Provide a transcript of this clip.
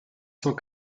cent